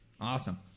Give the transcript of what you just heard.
awesome